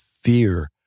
fear